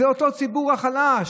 זה אותו ציבור חלש.